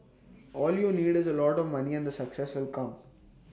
all you need is A lot of money and the success will come